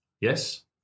Yes